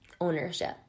ownership